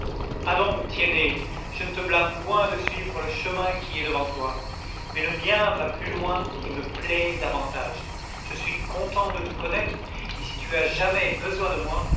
adonc tiennet je ne te blâme point de suivre le chemin qui est devant toi mais le mien va plus loin et me plaît davantage je suis content de te connaître et si tu as jamais besoin de moi